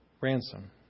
Ransom